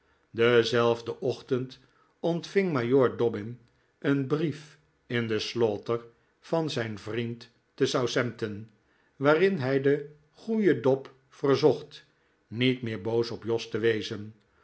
denzelfden ochtend ontving majoor dobbin een brief in de slaugter van zijn vriend te southampton waarin hij den goeien dob verzocht niet meer boos op jos te wezen